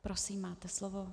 Prosím, máte slovo.